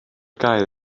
gael